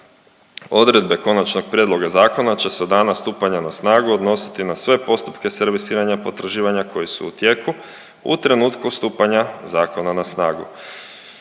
Odredbe konačnog prijedloga zakona će se od dana stupanja na snagu odnositi na sve postupka servisiranja potraživanja koji su u tijeku u trenutku stupanja zakona na snagu.